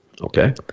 okay